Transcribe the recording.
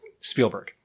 Spielberg